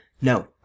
No